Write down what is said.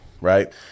right